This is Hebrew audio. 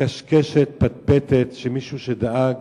קשקשת, פטפטת, של מישהו שדאג